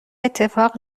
اتفاق